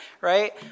right